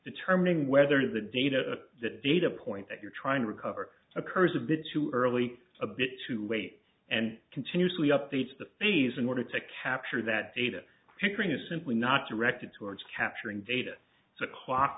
determining whether the data the data point that you're trying to recover occurs a bit too early a bit too late and continuously updates the phase in order to capture that data pickering is simply not directed towards capturing data it's a clock